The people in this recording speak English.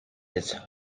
its